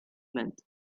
meant